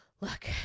Look